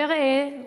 וראה,